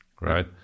right